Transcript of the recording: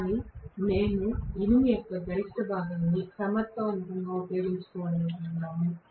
కానీ మేము ఇనుము యొక్క గరిష్ట భాగాన్ని సమర్థవంతంగా ఉపయోగించుకోవాలనుకుంటున్నాము